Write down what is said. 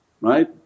right